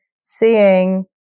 seeing